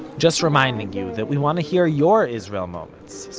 just reminding you, that we want to hear your israel moments. so,